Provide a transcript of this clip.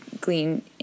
glean